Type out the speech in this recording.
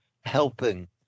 helping